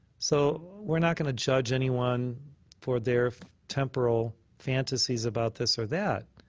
so we're not going to judge anyone for their temporal fantasies about this or that.